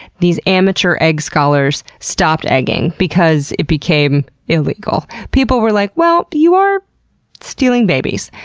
these amateur egg scholars stopped egging because it became illegal. people were like, well, you are stealing babies.